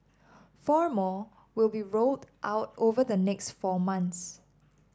four more will be rolled out over the next four months